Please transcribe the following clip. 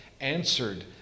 answered